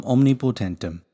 Omnipotentem